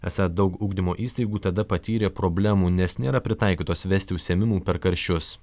esą daug ugdymo įstaigų tada patyrė problemų nes nėra pritaikytos vesti užsiėmimų per karščius